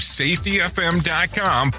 safetyfm.com